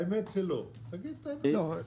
האמת שלא, תגיד את האמת.